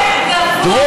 לכי תגני אותו.